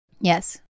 Yes